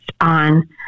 on